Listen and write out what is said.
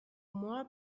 more